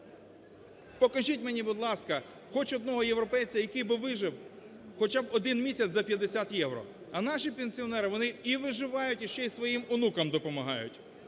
Покажіть мені, будь ласка, хоч одного європейця, який би вижив хоча б один місяць за 50 євро, а наші пенсіонери, вони і виживають і ще й своїм онукам допомагають.